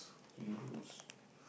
heroes